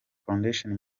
foundation